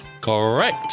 Correct